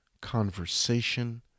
conversation